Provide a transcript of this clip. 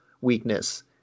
weakness